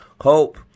hope